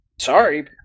sorry